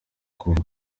kuva